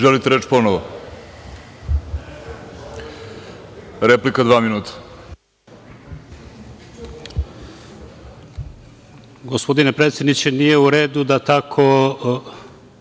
Želite li reč ponovo? Replika, dva minuta.